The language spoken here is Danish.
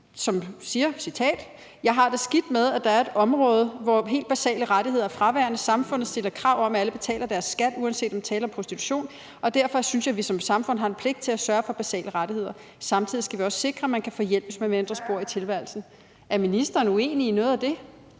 som siger, at